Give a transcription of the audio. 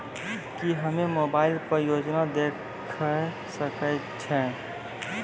की हम्मे मोबाइल पर योजना देखय सकय छियै?